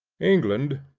england,